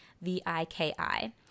V-I-K-I